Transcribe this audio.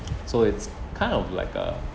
so it's kind of like a